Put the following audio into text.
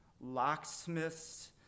locksmiths